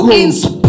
inspire